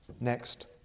Next